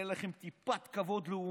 אין לכם טיפת כבוד לאומי,